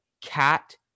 cat